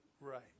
right